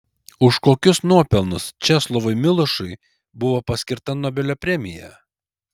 už kokius nuopelnus česlovui milošui buvo paskirta nobelio premija